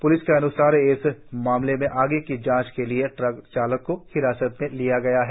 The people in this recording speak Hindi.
पुलिस के अनुसार इस मामले में आगे की जांच के लिए ट्रक चालक को हिरासत में लिया गया है